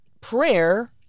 prayer